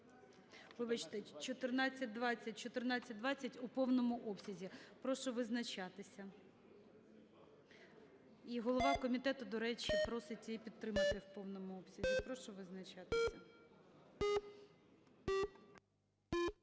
номер 1420, у повному обсязі. Прошу визначатися. І голова комітету, до речі, просить її підтримати в повному обсязі, я прошу визначатися.